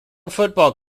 football